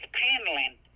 paneling